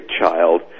child